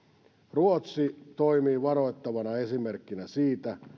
ruotsi toimii varoittavana esimerkkinä siitä